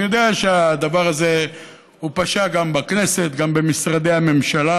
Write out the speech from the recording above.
אני יודע שהדבר הזה פשה גם בכנסת וגם במשרדי הממשלה.